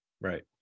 right